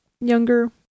younger